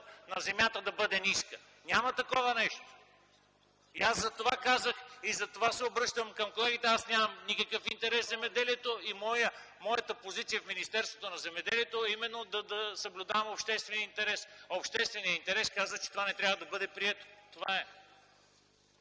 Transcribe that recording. на земята да бъде ниска. Няма такова нещо. Затова казах и се обръщам към колегите – аз нямам никакъв интерес в земеделието, моята позиция в Министерството на земеделието и храните е именно да съблюдавам обществения интерес, а общественият интерес казва, че това не трябва да бъде прието. Това е.